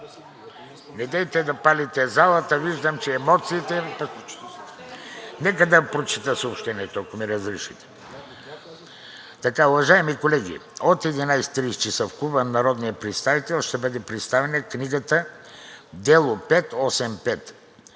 Недейте да палите залата – виждам, че емоциите… Нека да прочета съобщението – ако ми разрешите. „Уважаеми колеги, от 11,30 ч. в Клуба на народния представител ще бъде представена книгата „Дело